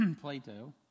Plato